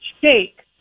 shake